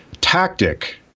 tactic